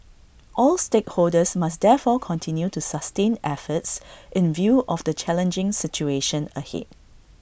all stakeholders must therefore continue to sustain efforts in view of the challenging situation ahead